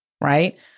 right